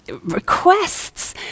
requests